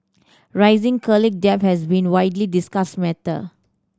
rising college debt has been a widely discussed matter